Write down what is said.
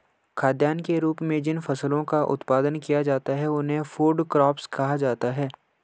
खाद्यान्न के रूप में जिन फसलों का उत्पादन किया जाता है उन्हें फूड क्रॉप्स कहा जाता है